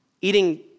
eating